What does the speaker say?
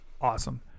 awesome